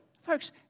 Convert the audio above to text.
folks